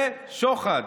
זה שוחד.